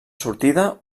sortida